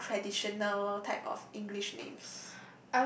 non traditional type of English names